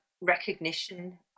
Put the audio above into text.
recognition